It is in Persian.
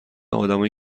آدمایی